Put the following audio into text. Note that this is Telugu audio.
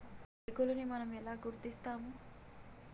తెగులుని మనం ఎలా గుర్తిస్తాము?